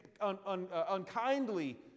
unkindly